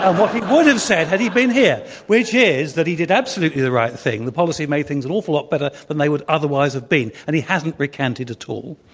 ah what he would have said had he been here, which is that he did absolutely the right thing. the policy made things an awful lot better than they would otherwise have been. and he hasn't recanted at all.